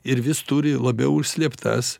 ir vis turi labiau užslėptas